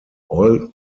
all